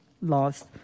lost